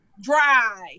dry